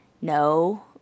No